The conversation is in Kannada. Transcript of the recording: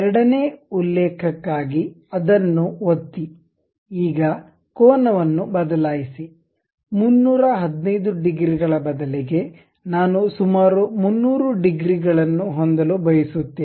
ಎರಡನೇ ಉಲ್ಲೇಖಕ್ಕಾಗಿ ಅದನ್ನು ಒತ್ತಿ ಈಗ ಕೋನವನ್ನು ಬದಲಾಯಿಸಿ 315 ಡಿಗ್ರಿಗಳ ಬದಲಿಗೆ ನಾನು ಸುಮಾರು 300 ಡಿಗ್ರಿಗಳನ್ನು ಹೊಂದಲು ಬಯಸುತ್ತೇನೆ